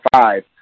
five